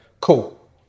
cool